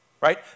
Right